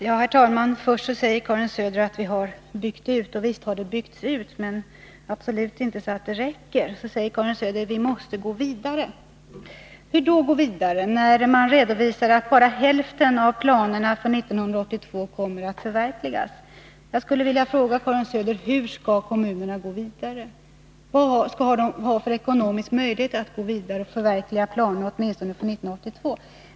Herr talman! Karin Söder sade att det har byggts ut och visst har det byggts ut, men absolut inte så att det räcker. Sedan sade Karin Söder att vi måste gå vidare. Hur då gå vidare? Det redovisas ju att bara hälften av planerna för 1982 kommer att förverkligas. Jag skulle vilja fråga Karin Söder: Hur skall kommunerna gå vidare, vilka ekonomiska möjligheter har de att gå vidare för att förverkliga planerna för åtminstone 1982?